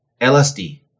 LSD